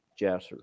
Jasser